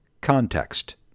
context